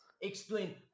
Explain